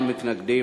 להצביע.